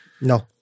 No